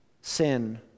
Sin